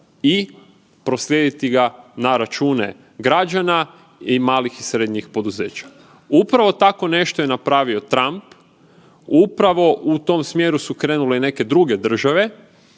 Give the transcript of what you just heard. i proslijediti ga na račune građana i malih i srednjih poduzeća. Upravo tako nešto je napravio Trump, upravo u tom smjeru su krenule i neke druge države